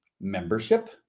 membership